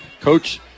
Coach